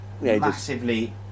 massively